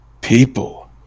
People